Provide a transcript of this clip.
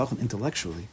intellectually